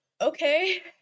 Okay